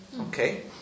okay